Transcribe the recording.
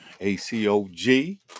A-C-O-G